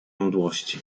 mdłości